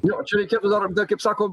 jo čia reikėtų dar kaip sako